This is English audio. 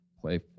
play